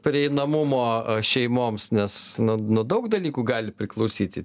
prieinamumo šeimoms nes na nuo daug dalykų gali priklausyti